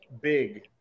Big